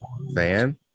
Van